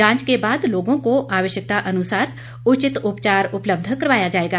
जांच के बाद लोगों को आवश्यकता अनुसार उचित उपचार उपलब्ध करवाया जाएगा